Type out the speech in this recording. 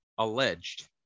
alleged